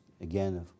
again